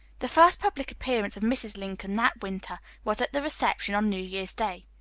the first public appearance of mrs. lincoln that winter was at the reception on new year's day.